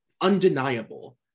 undeniable